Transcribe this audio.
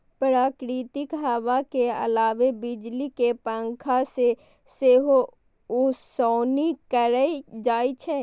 प्राकृतिक हवा के अलावे बिजली के पंखा से सेहो ओसौनी कैल जाइ छै